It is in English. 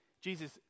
Jesus